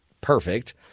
perfect